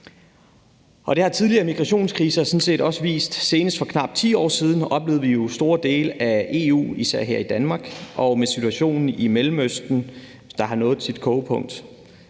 det har tidligere migrationskriser sådan set også vist. Senest for knap 10 år siden oplevede vi det jo i store dele af EU, især her i Danmark, og med situationen i Mellemøsten, der har nået sit kogepunkt,